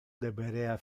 deberea